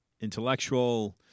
intellectual